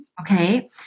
okay